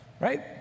right